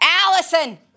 Allison